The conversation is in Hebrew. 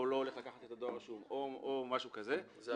או לא הולך לקחת את הדואר הרשום או משהו כזה זו